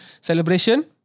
celebration